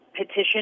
petition